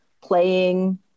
playing